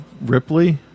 ripley